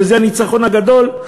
וזה הניצחון הגדול,